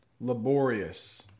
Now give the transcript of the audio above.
Laborious